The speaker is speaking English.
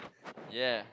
ya